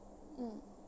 mm